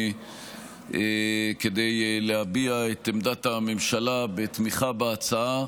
כדי להביע את עמדת הממשלה לתמיכה בהצעה,